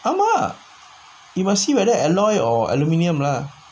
ஆமா:aamaa you must see whether alloy or aluminium lah